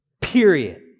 period